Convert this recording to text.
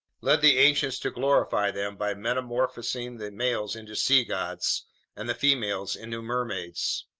led the ancients to glorify them by metamorphosing the males into sea gods and the females into mermaids.